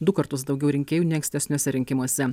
du kartus daugiau rinkėjų nei ankstesniuose rinkimuose